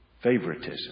Favoritism